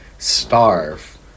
starve